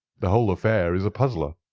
the whole affair is a puzzler.